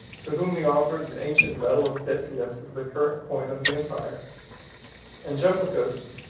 to whom he offered an ancient medal of decius as the current coin of the empire and jamblichus,